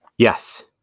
Yes